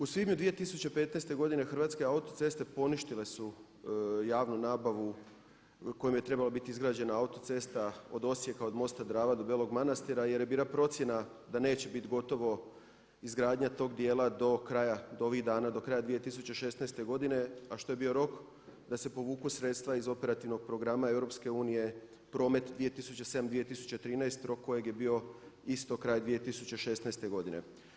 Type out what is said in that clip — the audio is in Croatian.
U svibnju 2015. godine Hrvatske autoceste poništile su javnu nabavu kojom je trebala biti izgrađena autocesta od Osijeka, od mosta Drava do Belog Manastira jer je bila procjena da neće biti gotovo izgradnja tog dijela do kraja, do ovih dana, do kraja 2016. godine a što je bio rok da se povuku sredstva iz operativnog programa EU, promet 2007./2013. rok kojeg je bio isto kraj 2016. godine.